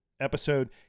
episode